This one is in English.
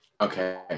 Okay